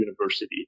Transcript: university